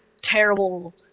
terrible